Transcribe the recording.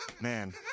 man